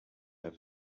have